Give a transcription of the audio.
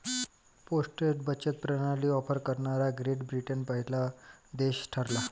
postage बचत प्रणाली offer करणारा ग्रेट ब्रिटन पहिला देश ठरला